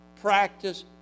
practice